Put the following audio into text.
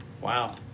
Wow